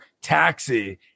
taxi